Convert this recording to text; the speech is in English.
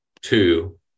two